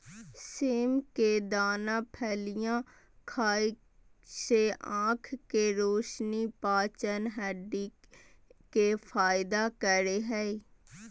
सेम के दाना फलियां खाय से आँख के रोशनी, पाचन, हड्डी के फायदा करे हइ